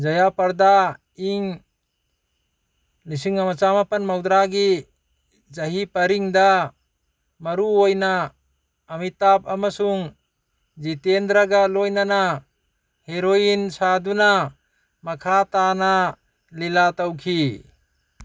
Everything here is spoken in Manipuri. ꯖꯌꯥ ꯄ꯭ꯔꯗꯥ ꯏꯪ ꯂꯤꯁꯤꯡ ꯑꯃ ꯆꯃꯥꯄꯜ ꯃꯧꯗ꯭ꯔꯥꯒꯤ ꯆꯍꯤ ꯄꯔꯤꯡꯗ ꯃꯔꯨ ꯑꯣꯏꯅ ꯑꯃꯤꯇꯥꯞ ꯑꯃꯁꯨꯡ ꯖꯤꯇꯦꯟꯗ꯭ꯔꯥꯒ ꯂꯣꯏꯅꯅ ꯍꯦꯔꯣꯏꯟ ꯁꯥꯗꯨꯅ ꯃꯈꯥ ꯇꯥꯅ ꯂꯤꯂꯥ ꯇꯧꯈꯤ